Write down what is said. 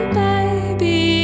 baby